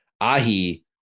ahi